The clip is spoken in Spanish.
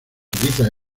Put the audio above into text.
utiliza